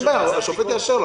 השופט יאשר לו.